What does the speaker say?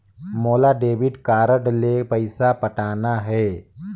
मोला debit card ले पइसा पटाना हे?